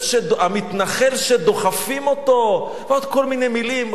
המתנחל שדוחפים אותו, ועוד כל מיני מלים.